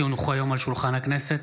כי הונחו היום על שולחן הכנסת,